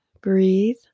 Breathe